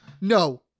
No